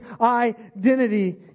identity